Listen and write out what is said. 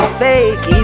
fake